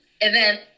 event